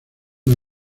una